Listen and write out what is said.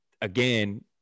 again